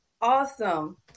Awesome